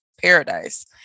paradise